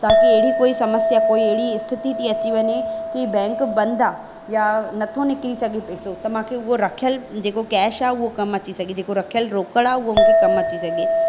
ताकी अहिड़ी कोई समस्या कोई अहिड़ी स्थिति थी अची वञे की बैंक बंद आहे या नथो निकिरी सघे पैसो त मूंखे रखियलु जेको कैश आहे उहो कमु अची सघे जेको रखियलु रोकड़ आहे उहो मूंखे कमु अची सघे